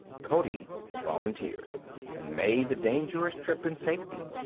cody volunteered and made the dangerous trip in safety.